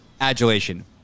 adulation